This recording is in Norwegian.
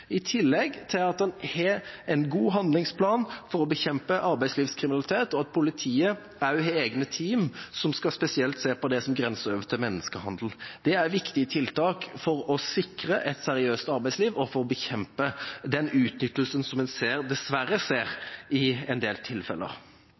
i tillegg til at en har en god handlingsplan for å bekjempe arbeidslivskriminalitet, og at politiet også har egne team som skal spesielt se på det som grenser over til menneskehandel. Det er viktige tiltak for å sikre et seriøst arbeidsliv og for å bekjempe den utnyttelsen som en dessverre ser